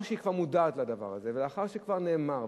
שהיא כבר מודעת לדבר הזה ולאחר שכבר נאמר,